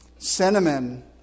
Cinnamon